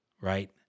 Right